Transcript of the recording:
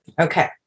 Okay